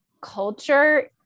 culture